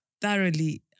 thoroughly